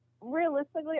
Realistically